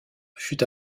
fut